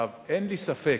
אין לי ספק,